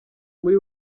muri